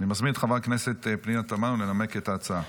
אני מזמין את חברת הכנסת פנינה תמנו לנמק את ההצעה.